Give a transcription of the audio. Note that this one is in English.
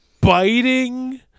biting